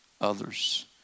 others